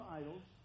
idols